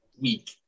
week